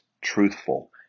truthful